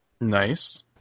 Nice